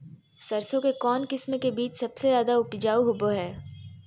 सरसों के कौन किस्म के बीच सबसे ज्यादा उपजाऊ होबो हय?